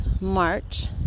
March